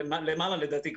לדעתי,